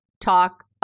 talk